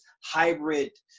hybrid